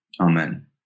Amen